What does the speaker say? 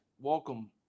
welcome